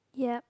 yeap